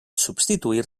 substituir